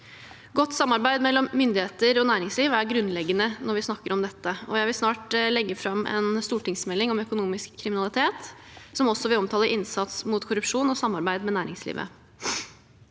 Godt samarbeid mellom myndigheter og næringsliv er grunnleggende når vi snakker om dette, og jeg vil snart legge fram en stortingsmelding om økonomisk kriminalitet, som også vil omtale innsats mot korrupsjon og samarbeid med næringslivet.